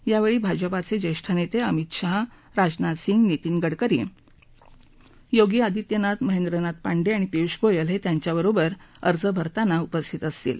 यावडी भाजपाच उयद्वानत्त अमित शहा राजनाथ सिंह नितीन गडकरी योगी आदित्यनाथ महेंद्रनाथ पांड आणि पियूष गोयल हत्यांच्या बरोबर अर्ज भरताना उपस्थित असतील